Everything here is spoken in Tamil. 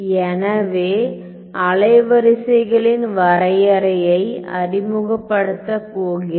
எனவே அலைவரிசைகளின் வரையறையை அறிமுகப்படுத்த போகிறேன்